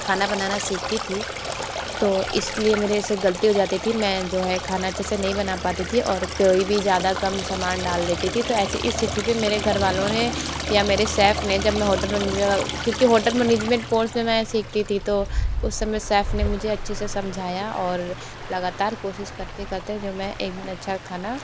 खाना बनाना सीखती थी तो इस लिए मेरे से ग़लती हो जाती थी मैं जो है खाना जैसे नहीं बना पाती थी और कोई भी ज़्यादा कम सामान डाल देती थी तो ऐसी स्थिति पर मेरे घरवालों ने या मेरे सैफ ने जब मैं होटल मनेजमें का क्योंकि होटल मनिजमेंट कोर्स में मैं सीखती थी तो उस समय सैफ ने मुझे अच्छे से समझाया और लगातार कोशिश करते करते जो मैं एक दिन अच्छा खाना